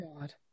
God